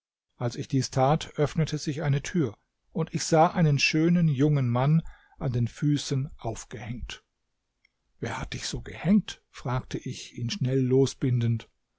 als ich dies tat öffnete sich eine tür und ich sah einen schönen jungen mann an den füßen aufgehängt wer hat dich so gehängt fragte ich ihn schnell losbindend